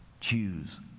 choose